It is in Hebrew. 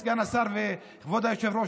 סגן השר וכבוד היושב-ראש,